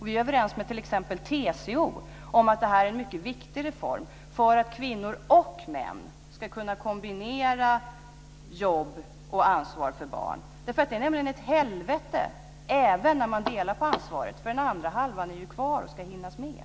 Vi är överens med t.ex. TCO om att det är en mycket viktig reform för att kvinnor och män ska kunna kombinera jobb och ansvar för barn. De är nämligen ett helvete, även när man delar på ansvaret, för den andra halvan är ju kvar och ska hinnas med.